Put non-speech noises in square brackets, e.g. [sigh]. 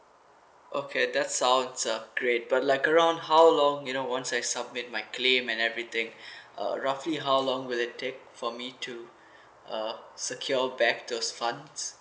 okay that sounds uh great but like around how long you know once I submit my claim and everything [breath] uh roughly how long will it take for me to uh secure back those funds